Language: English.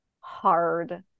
hard